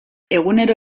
egunero